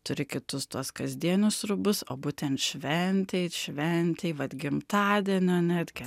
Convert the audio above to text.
turi kitus tuos kasdienius rūbus o būtent šventei šventei vat gimtadienio netgi